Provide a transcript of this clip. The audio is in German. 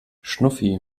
schnuffi